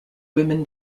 women